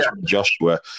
Joshua